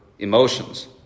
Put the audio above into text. Emotions